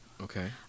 Okay